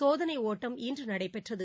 சோதனை ஓட்டம் இன்று நடைபெற்றது